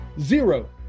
zero